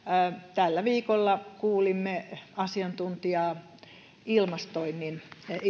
tällä viikolla kuulimme asiantuntijaa